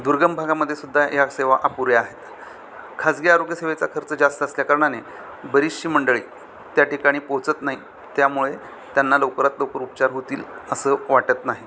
दुर्गम भागामध्ये सुुद्धा या सेवा अपुऱ्या आहेत खाजगी आरोग्यसेवेचा खर्च जास्त असल्याकारणाने बरीचशी मंडळी त्या ठिकाणी पोहोचत नाही त्यामुळे त्यांना लवकरात लवकर उपचार होतील असं वाटत नाही